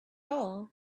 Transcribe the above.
all